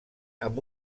amb